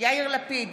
יאיר לפיד,